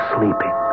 Sleeping